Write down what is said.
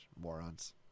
morons